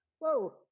Whoa